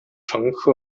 乘客